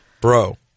Bro